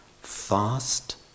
fast